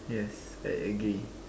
yes I agree